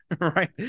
right